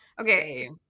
Okay